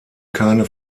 keine